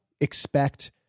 expect